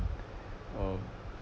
uh